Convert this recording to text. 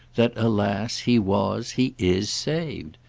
that, alas, he was, he is, saved.